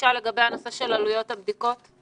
לגבי נושא עלויות הבדיקות,